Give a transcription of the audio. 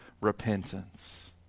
repentance